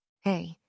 Hey